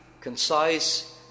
concise